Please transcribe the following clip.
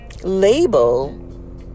label